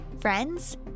Friends